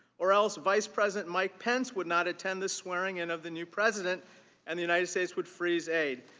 orioles vice president mike pence would not attend the swearing in of the new president and the united states would freeze aid.